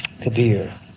Kabir